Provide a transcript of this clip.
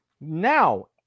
Now